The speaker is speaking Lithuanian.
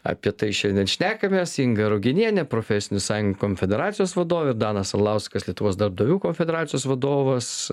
apie tai šiandien šnekamės inga ruginienė profesinių sąjungų konfederacijos vadovė ir danas arlauskas lietuvos darbdavių konfederacijos vadovas